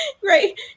Great